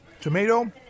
Tomato